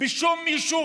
בשום יישוב.